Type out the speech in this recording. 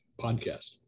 podcast